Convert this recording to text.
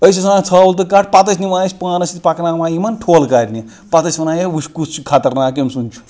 أسۍ اسۍ انان ژھاوُل تہٕ کَٹھ پتہٕ ٲسۍ نِوان اسۍ پانِس سۭتۍ پَکناوان یِمن ٹھۄل کَرنہِ پتہٕ ٲسۍ وَنان ہے وٕچھ کُس چھُ خَطرناک کٔمۍ سُنٛد چھُ